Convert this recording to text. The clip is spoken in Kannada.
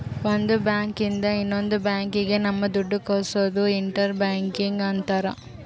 ಒಂದ್ ಬ್ಯಾಂಕ್ ಇಂದ ಇನ್ನೊಂದ್ ಬ್ಯಾಂಕ್ ಗೆ ನಮ್ ದುಡ್ಡು ಕಳ್ಸೋದು ಇಂಟರ್ ಬ್ಯಾಂಕಿಂಗ್ ಅಂತಾರ